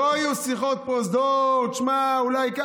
לא יהיו שיחות פרוזדור: תשמע, אולי.